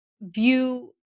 view